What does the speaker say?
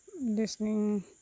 listening